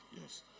Yes